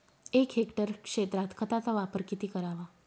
एक हेक्टर क्षेत्रात खताचा वापर किती करावा?